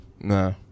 Nah